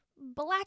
black